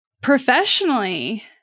Professionally